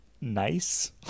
nice